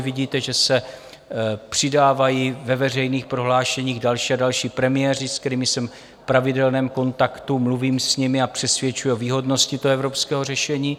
Vidíte, že se přidávají ve veřejných prohlášeních další a další premiéři, s kterými jsem pravidelném kontaktu, mluvím s nimi a přesvědčuji o výhodnosti toho evropského řešení.